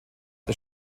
der